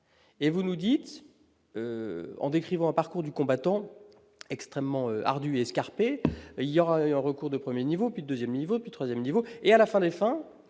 et vous nous dites en décrivant un parcours du combattant extrêmement ardue escarpé, il y aura un recours de 1er niveau puis le 2ème niveau puis 3ème niveau et à la fin des fins,